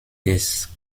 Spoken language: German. des